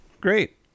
Great